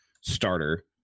starter